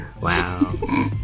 Wow